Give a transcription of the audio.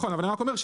אבל אני רק אומר,